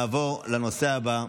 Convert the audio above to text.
נספחות.[ נעבור לנושא הבא,